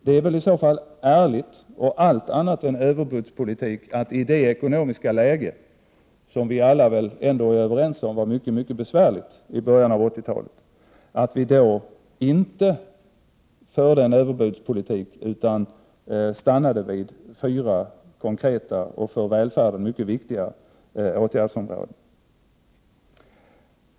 Det är väl i så fall ärligt och allt annat än överbudspolitik att vi i det ekonomiska läget i början av 80-talet, som vi alla är överens om var mycket besvärligt, stannade vid fyra konkreta och för välfärden mycket viktiga åtgärdsområden.